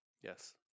Yes